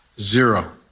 Zero